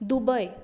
Dubai